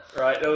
right